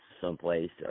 someplace